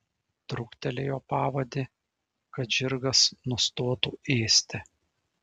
truktelėjo pavadį kad žirgas nustotų ėsti